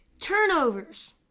Turnovers